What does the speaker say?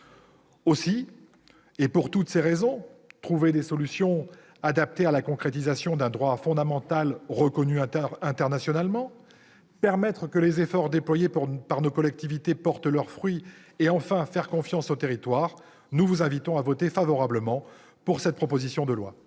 Aussi, pour toutes ces raisons- trouver des solutions adaptées à la concrétisation d'un droit fondamental reconnu internationalement, permettre que les efforts déployés par nos collectivités portent leurs fruits et faire confiance aux territoires -, nous vous invitons, mes chers collègues, à voter pour cette proposition de loi.